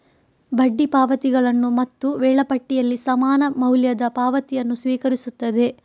ಬಡ್ಡಿ ಪಾವತಿಗಳನ್ನು ಮತ್ತು ವೇಳಾಪಟ್ಟಿಯಲ್ಲಿ ಸಮಾನ ಮೌಲ್ಯದ ಪಾವತಿಯನ್ನು ಸ್ವೀಕರಿಸುತ್ತದೆ